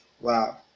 Wow